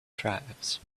tribes